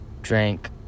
drank